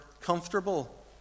comfortable